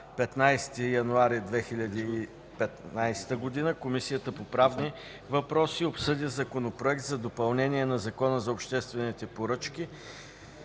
15 януари 2015 г., Комисията по правни въпроси обсъди Законопроекта за допълнение на Закона за обществените поръчки